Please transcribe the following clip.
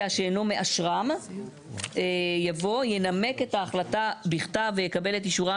שאינו מאשרם" יבוא "ינמק את ההחלטה בכתב ויקבל את אישורם